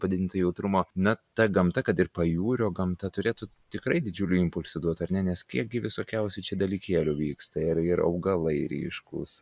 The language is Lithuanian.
padidinto jautrumo na ta gamta kad ir pajūrio gamta turėtų tikrai didžiulį impulsą duot ar ne nes kiek gi visokiausių dalykėlių vyksta ir ir augalai ryškūs